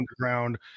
underground